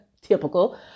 typical